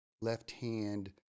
left-hand